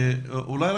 נעמה,